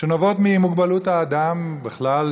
שנובעות ממוגבלות האדם בכלל,